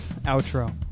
outro